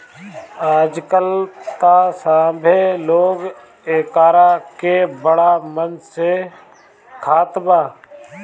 आजकल त सभे लोग एकरा के बड़ा मन से खात बा